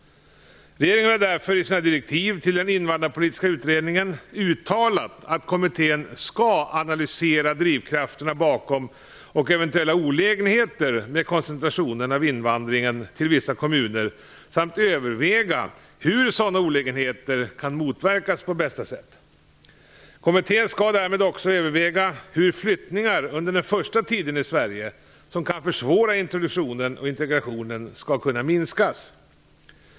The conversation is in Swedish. Regeringen har därför i sina direktiv till den invandrarpolitiska utredningen uttalat att kommittén skall analysera drivkrafterna bakom och eventuella olägenheter med koncentrationen av invandringen till vissa kommuner samt överväga hur sådana olägenheter kan motverkas på bästa sätt. Kommittén skall därmed också överväga hur flyttningar under den första tiden i Sverige, som kan försvåra introduktionen och integrationen skall kunna minskas.